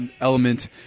element